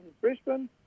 Brisbane